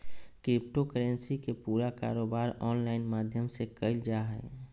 crypto currency के पूरा कारोबार ऑनलाइन माध्यम से क़इल जा हइ